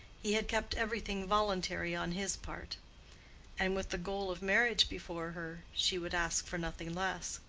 he had kept everything voluntary on his part and with the goal of marriage before her, she would ask for nothing less.